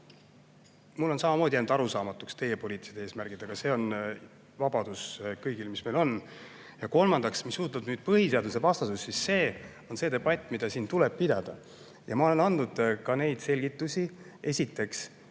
mulle on samamoodi jäänud arusaamatuks teie poliitilised eesmärgid, aga see vabadus meil kõigil on. Ja kolmandaks, mis puutub põhiseadusevastasusse, siis see on see debatt, mida siin tuleb pidada. Ja ma olen andnud ka neid selgitusi. Esiteks,